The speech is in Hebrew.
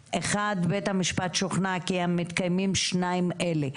טכנולוגי): (1)בית המשפט שוכנע כי מתקיימים שניים אלה: